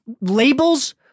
labels